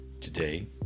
Today